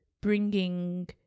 bringing